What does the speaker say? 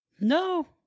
No